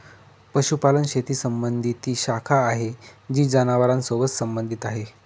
पशुपालन शेती संबंधी ती शाखा आहे जी जनावरांसोबत संबंधित आहे